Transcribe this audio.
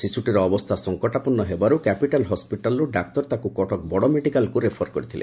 ଶିଶୁଟିର ଅବସ୍ତା ସଂକଟାପନ୍ନ ହେବାରୁ କ୍ୟାପିଟାଲ ହସ୍ୱିଟାଲରୁ ଡାକ୍ତର ତାକୁ କଟକ ବଡ଼ ମେଡିକାଲ୍କୁ ରେଫର କରିଥିଲେ